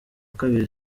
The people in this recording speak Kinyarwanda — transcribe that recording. kabiri